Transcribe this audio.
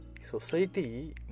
society